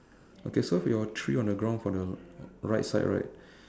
okay so your three on the ground for the right side right